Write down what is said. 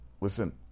Listen